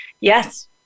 Yes